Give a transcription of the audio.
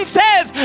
says